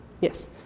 yes